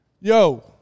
Yo